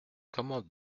comment